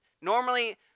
normally